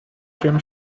jim